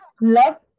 Love